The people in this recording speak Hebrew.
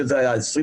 שזה היה 20%,